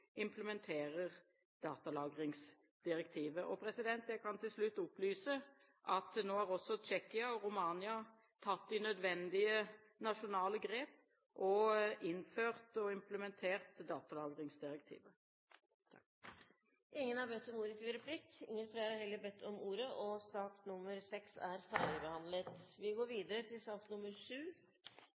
implementerer datalagringsdirektivet. Jeg kan til slutt opplyse at nå har også Tsjekkia og Romania tatt de nødvendige nasjonale grep for å innføre datalagringsdirektivet. Flere har ikke bedt om ordet til sak